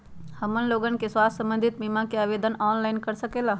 हमन लोगन के स्वास्थ्य संबंधित बिमा का आवेदन ऑनलाइन कर सकेला?